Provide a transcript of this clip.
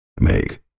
Make